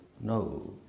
no